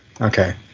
okay